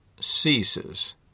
ceases